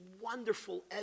wonderful